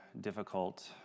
difficult